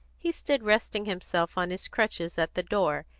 he stood resting himself on his crutches at the door,